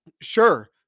Sure